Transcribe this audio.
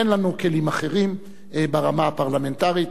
אין לנו כלים אחרים ברמה הפרלמנטרית.